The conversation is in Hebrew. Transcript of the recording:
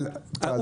הוא צוחק.